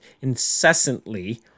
incessantly